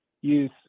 use